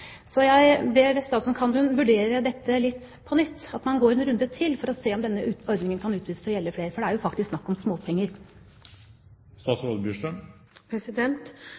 Jeg ber statsråden: Kan hun vurdere dette på nytt? Kan man gå en runde til for å se om denne ordningen kan utvides til å gjelde flere? For det er jo faktisk snakk om